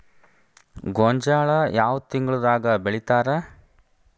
ಗೋಂಜಾಳ ಯಾವ ತಿಂಗಳದಾಗ್ ಬೆಳಿತಾರ?